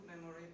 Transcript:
memory